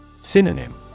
Synonym